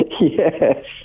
Yes